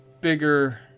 bigger